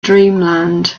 dreamland